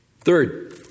Third